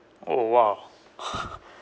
oh !wah!